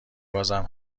بازم